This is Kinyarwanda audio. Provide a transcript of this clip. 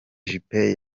juppé